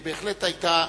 בהחלט היתה.